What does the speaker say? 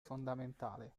fondamentale